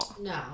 no